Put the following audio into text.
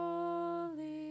Holy